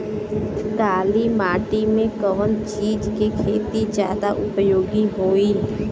काली माटी में कवन चीज़ के खेती ज्यादा उपयोगी होयी?